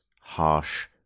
harsh